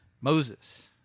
Moses